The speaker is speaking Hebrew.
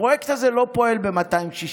הפרויקט הזה לא פועל ב-266